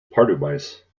pardubice